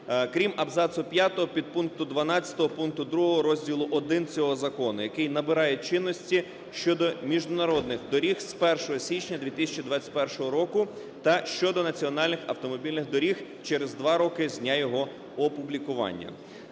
крім абзацу 5 підпункту 12 пункту 2 розділу І цього Закону, який набирає чинності щодо міжнародних доріг з 1 січня 2021 року, та щодо національних автомобільних доріг через 2 роки з дня його опублікування.